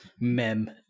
mem